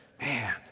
man